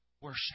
worship